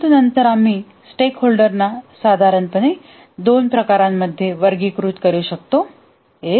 परंतु नंतर आम्ही स्टेकहोल्डरना साधारणपणे दोन प्रकारांमध्ये वर्गीकृत करू शकतो